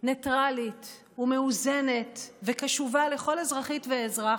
ניטרלית ומאוזנת וקשובה לכל אזרחית ואזרח